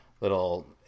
little